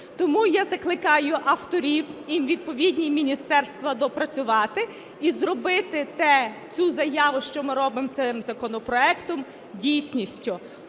Тому я закликаю авторів і відповідні міністерства доопрацювати і зробити те, цю заяву, що ми робимо цим законопроектом, дійсністю.